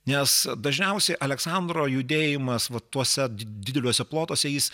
nes dažniausiai aleksandro judėjimas va tuose dideliuose plotuose jis